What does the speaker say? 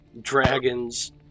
dragons